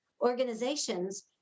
organizations